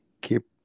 keep